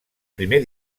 primer